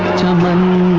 children?